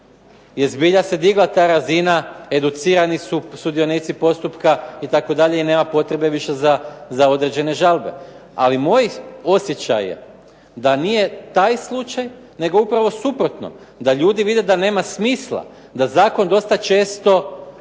se zbilja digla ta razina, educirani su sudionici postupka itd. i nema potrebe više za određene žalbe ali moj osjećaj je da nije taj slučaj, nego upravo suprotno da ljudi vide da nema smisla da zakon dosta često